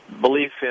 belief